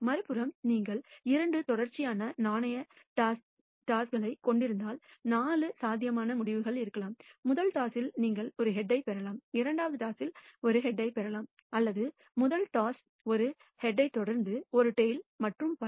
மறுபுறம் நீங்கள் இரண்டு தொடர்ச்சியான நாணயம் டாஸைக் கொண்டிருந்தால் 4 சாத்தியமான முடிவுகள் இருக்கலாம் முதல் டாஸில் நீங்கள் ஒரு ஹெட்யைப் பெறலாம் இரண்டாவது டாஸில் ஒரு ஹெட் அல்லது முதல் டாஸில் ஒரு ஹெட்யைத் தொடர்ந்து ஒரு டைல் மற்றும் பல